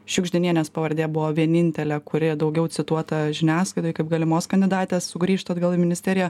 šiugždinienės pavardė buvo vienintelė kuri daugiau cituota žiniasklaidoj kaip galimos kandidatės sugrįžt atgal į ministeriją